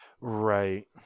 Right